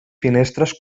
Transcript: finestres